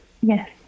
Yes